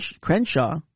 Crenshaw